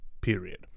period